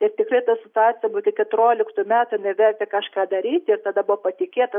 ir tikrai ta situacija turbūt iki keturioliktų metų inai vertė kažką daryti tada buvo patikėta